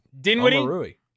Dinwiddie